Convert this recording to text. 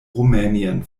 rumänien